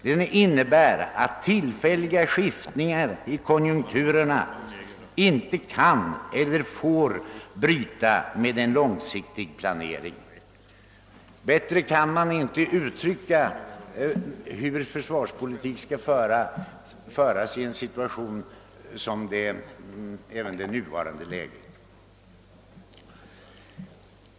Den innebär att tillfälliga skiftningar i konjunkturerna inte kan eller får bryta ner en långsiktig planering.» Bättre kan man inte uttrycka hur försvarspolitik skall föras i den situation som även det nuvarande läget utgör.